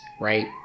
right